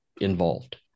involved